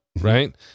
right